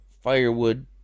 firewood